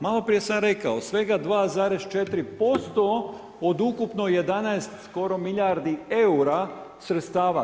Malo prije sam rekao svega 2,4% od ukupno 11 skoro milijardi eura sredstava.